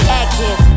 active